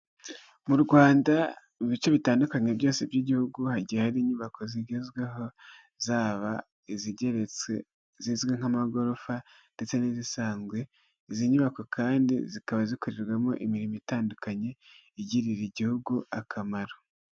Mu Rwanda mu bice bitandukanye byose by'igihugu, hagiye hari inyubako zigezweho zaba izigeretse zizwi nk'amagorofa ndetse n'izisanzwe. Izi nyubako kandi zikaba zikorerwamo imirimo itandukanye igirira igihugu akamaro.